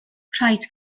rhaid